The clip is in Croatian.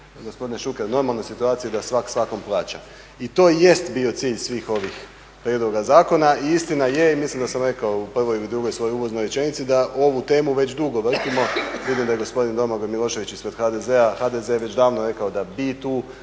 gospodine Šuker, u normalne situacije da svak svakom plaća. I to i jest bio cilj svih ovih prijedloga zakona. Istina je, i mislim da sam rekao u prvoj ili drugoj svojoj uvodnoj rečenici da ovu temu već dugo vrtimo. Vidim da je gospodin Domagoj Milošević ispred HDZ-a, HDZ je već davno rekao da bi